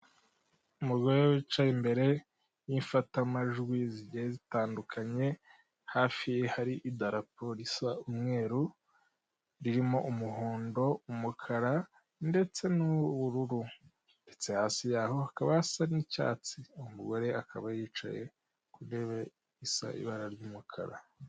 Umugore wicaye imbere y'ifatamajwi zigiye zitandukanye hafi hari idarapo risa umweru ririmo umuhondo, umukara ndetse n'ubururu, ndetsetse hasi yaho hakaba hasa n'icyatsi. Umugore akaba yicaye ku ntebe isa ibara ry'umukara.